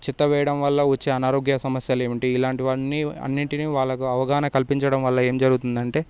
చెత్త వేయడం వల్ల వచ్చే అనారోగ్య సమస్యలు ఏంటి ఇలాంటివన్నీ అన్నింటినీ వాళ్ళకు అవగాహన కల్పించడం వల్ల ఏం జరుగుతుందంటే